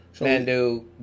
Mando